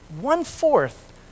one-fourth